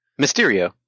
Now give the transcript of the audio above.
Mysterio